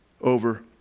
over